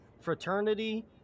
fraternity